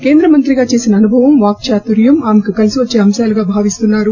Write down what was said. కేంద్రమంత్రిగా చేసిన అనుభవం వాక్సాతుర్యం ఆమెకు కలిసివచ్చే అంశాలుగా భావిస్తున్నారు